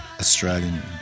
Australian